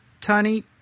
Tony